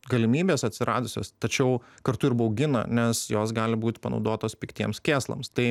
galimybės atsiradusios tačiau kartu ir baugina nes jos gali būti panaudotos piktiems kėslams tai